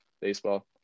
baseball